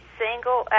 single